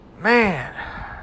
Man